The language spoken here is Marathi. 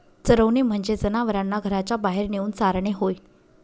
चरवणे म्हणजे जनावरांना घराच्या बाहेर नेऊन चारणे होय